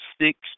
six